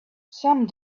some